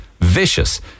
vicious